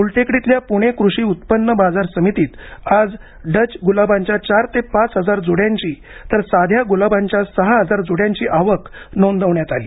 गुलटेकडीतल्या पुणेकृषी उत्पन्न बाजार समितीत आज डच गुलाबांच्या चार ते पाच हजार जुड्यांची तर साध्यागुलाबांच्या सहा हजार जुड्यांची आवक नोंदविण्यात आली